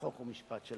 חוק ומשפט של הכנסת.